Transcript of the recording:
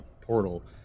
portal